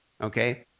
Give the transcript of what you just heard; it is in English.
Okay